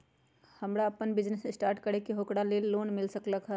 हमरा अपन business start करे के है ओकरा लेल लोन मिल सकलक ह?